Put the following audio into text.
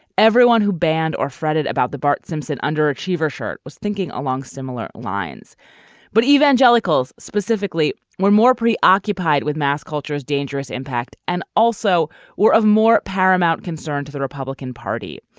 everyone who banned or fretted about the bart simpson underachiever shirt was thinking along similar lines but evangelicals specifically were more preoccupied with mass culture's dangerous impact and also were of more paramount concern to the republican party.